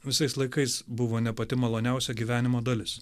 visais laikais buvo ne pati maloniausia gyvenimo dalis